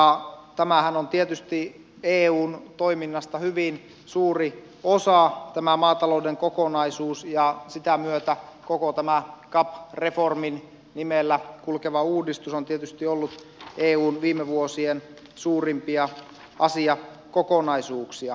tämähän on tietysti eun toiminnasta hyvin suuri osa tämä maatalouden kokonaisuus ja sitä myötä koko tämä cap reformin nimellä kulkeva uudistus on tietysti ollut eun viime vuosien suurimpia asiakokonaisuuksia